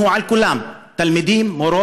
אחד התלמידים נכנס לחדרו,